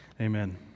Amen